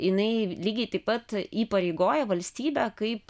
jinai lygiai taip pat įpareigoja valstybę kaip